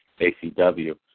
ACW